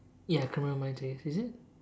ya criminal minds is it